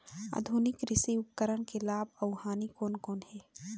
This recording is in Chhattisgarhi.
आधुनिक कृषि उपकरण के लाभ अऊ हानि कोन कोन हे?